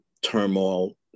turmoil